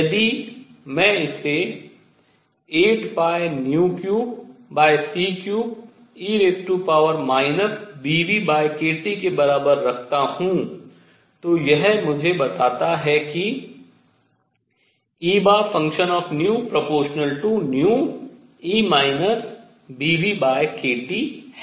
यदि मैं इसे 83c3e βνkT के बराबर रखता हूँ तो यह मुझे बताता है कि Ee βνkT है